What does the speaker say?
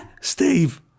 Steve